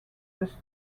plus